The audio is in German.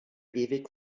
ewig